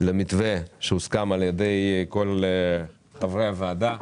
למתווה שהוסכם על ידי כל חברי הוועדה.